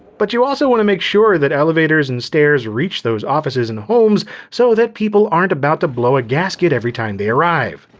but you also wanna make sure that elevators and stairs reach those offices and homes so that people aren't about to blow a gasket every time they arrive.